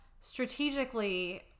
strategically